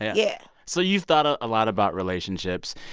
yeah so you've thought a ah lot about relationships.